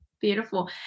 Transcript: Beautiful